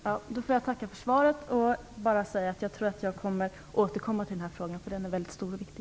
Herr talman! Jag får tacka för svaret och bara säga att jag tror att jag återkommer i den här frågan, därför att den är väldigt stor och viktig.